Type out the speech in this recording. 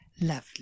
Lovely